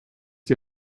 die